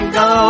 go